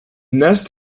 nest